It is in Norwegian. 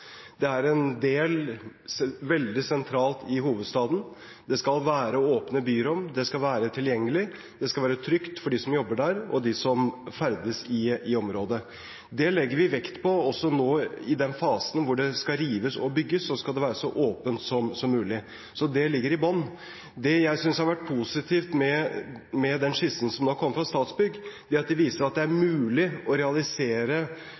Det er en del som ligger veldig sentralt i hovedstaden. Det skal være åpne byrom, det skal være tilgjengelig, og det skal være trygt for dem som jobber der, og for dem som ferdes i området. Det legger vi vekt på også nå. I den fasen når det skal rives og bygges, skal det være så åpent som mulig. Det ligger i bunnen. Det jeg synes har vært positivt med den skissen som har kommet fra Statsbygg, er at de viser at det er mulig å realisere